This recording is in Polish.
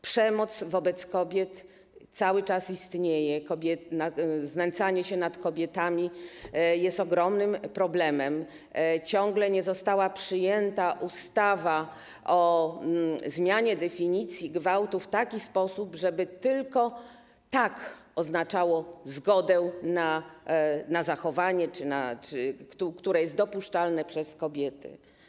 Przemoc wobec kobiet cały czas istnieje, znęcanie się nad kobietami jest ogromnym problemem, ciągle nie została przyjęta ustawa o zmianie definicji gwałtu w taki sposób, żeby tylko ˝tak˝ oznaczało zgodę na zachowanie, które jest dopuszczalne przez kobiety.